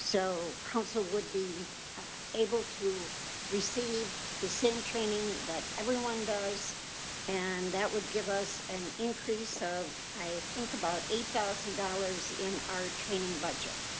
so council would be able to receive the same training that everyone does and that would give us an increase of, i think about eight thousand dollars in our training budget.